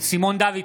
סימון דוידסון,